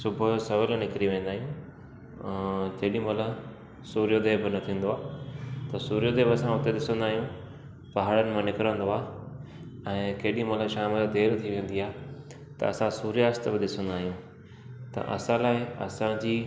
सुबुह जो सवेल निकिरी वेंदा आहियूं जेॾी महिल सूर्योदय बि न थींदो आहे त सूर्योदय बि असां हुते ॾिसंदा आहियूं पहाड़नि मां निकिरंदो आहे ऐं केॾी महिल शाम जो देरि थी वेंदी आहे त असां सूर्यास्त बि ॾिसंदा आहियूं त असां लाइ असांजी